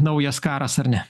naujas karas ar ne